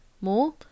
more